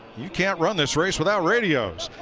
you can't run this race without radios.